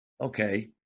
Okay